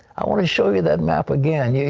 i want to show you that map again. yeah